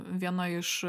viena iš